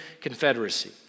Confederacy